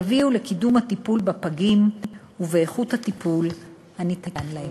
יביאו לקידום הטיפול בפגים ואיכות הטיפול הניתן להם.